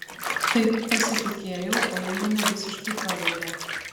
taip pasitikėjau o ji mane visiškai pavedė